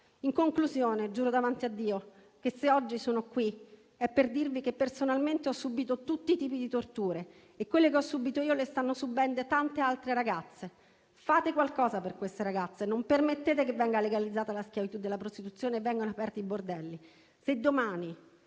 In conclusione, giuro davanti a Dio che se sono qui oggi è per dirvi che personalmente ho subito tutti i tipi di torture e quelle che ho subito io le stanno subendo tutte le ragazze. Fate qualcosa per queste ragazze, non permettete che venga legalizzata la schiavitù della prostituzione e vengano aperti i bordelli.